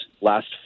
last